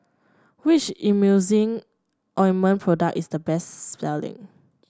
which Emulsying Ointment product is the best selling